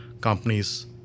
companies